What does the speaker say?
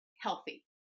healthy